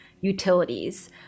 utilities